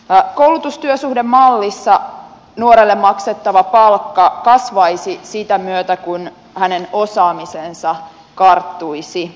koulutustyösuhdemallissa nuorelle maksettava palkka kasvaisi sitä myötä kun hänen osaamisensa karttuisi